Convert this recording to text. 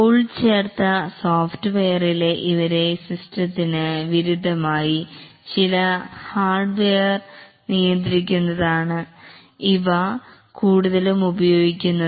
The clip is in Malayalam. ഇൻഫർമേഷൻ സിസ്റ്റത്തിന് വിരുദ്ധമായി എംബെഡ്ഡ്ഡ് സോഫ്റ്റ്വെയർ ചില ഹാർഡ്വെയർ നിയന്ത്രിക്കുന്നതിനായാണ് കൂടുതലായും ഉപയോഗിക്കുന്നത്